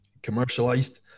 Commercialized